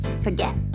forget